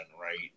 right